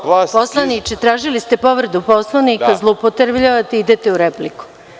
Poslaniče, tražili ste povredu Poslovnika, zloupotrebljavate, idete u repliku.